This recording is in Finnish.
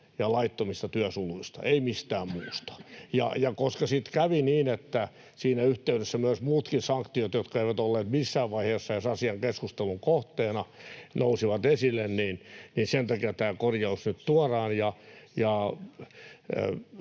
ja laittomista työsuluista, ei mistään muusta. Koska sitten kävi niin, että siinä yhteydessä muutkin sanktiot, jotka eivät olleet missään vaiheessa edes asian keskustelun kohteena, nousivat esille, niin sen takia tämä korjaus nyt tuodaan.